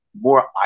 more